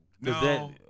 No